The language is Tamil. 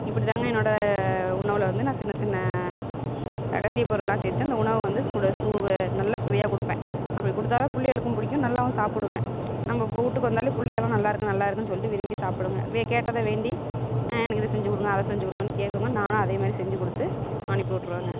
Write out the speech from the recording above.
இப்படிதாங்க என்னோட உணவில் வந்து நான் சின்ன சின்ன ரகசிய பொருளெலாம் சேர்த்து அந்த உணவை வந்து கூட சுவை நல்ல சுவையாக கொடுப்பேன் அப்படி கொடுத்தா தான் பிள்ளைகளுக்கும் பிடிக்கும் நல்லாவும் சாப்பிடுங்க நம்ம இப்போ வீட்டுக்கு வந்தாலே பிள்ளையலும் நல்லாயிருக்கு நல்லாயிருக்குனு சொல்லிவிட்டு விரும்பி சாப்பிடுங்க வே கேட்டதை வேண்டி எனக்கு இதை செஞ்சு கொடுங்க அதை செஞ்சு கொடுங்க கேட்குங்க நான் அதே மாதிரி செஞ்சு கொடுத்து அனுப்பி விட்டுருவேங்க